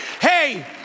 Hey